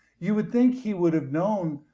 you would think he would have known,